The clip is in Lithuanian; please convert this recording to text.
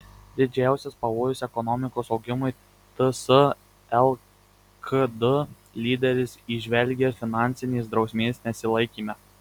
didžiausius pavojus ekonomikos augimui ts lkd lyderis įžvelgia finansinės drausmės nesilaikyme